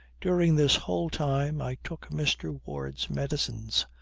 during this whole time i took mr. ward's medicines,